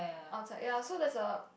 outside ya so there is a